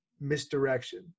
misdirection